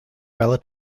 relative